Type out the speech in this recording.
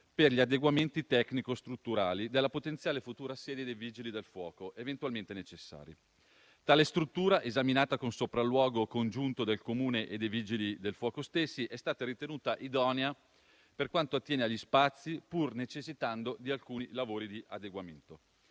per gli adeguamenti tecnico-strutturali della potenziale futura sede dei Vigili del fuoco eventualmente necessari. Tale struttura, esaminata con sopralluogo congiunto del Comune e dei Vigili del fuoco stessi, è stata ritenuta idonea per quanto attiene agli spazi, pur necessitando di alcuni lavori di adeguamento.